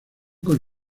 con